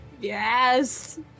Yes